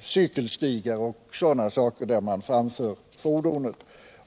cykelstigar och liknande där man framför fordonet.